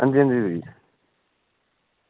अंजी अंजी